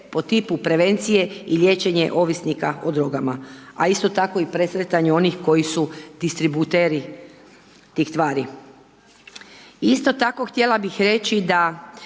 po tipu prevencije i liječenje ovisnika o drogama. A isto tako i presretanju onih koji su distributeri tih tvari. I isto tako htjela bih reći da